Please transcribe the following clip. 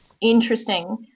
Interesting